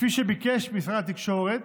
כפי שביקש משרד התקשורת,